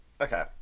okay